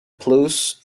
plus